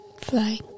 Fly